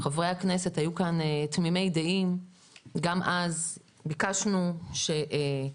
חברי הכנסת היו כאן תמימי דעים וגם אז ביקשנו שהפינוי,